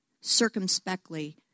circumspectly